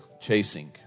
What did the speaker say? chasing